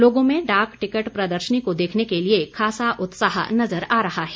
लोगों में डाक टिकट प्रदर्शनी को देखने के लिए खासा उत्साह नजर आ रहा है